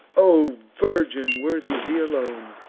o virgin! worthy thee alone!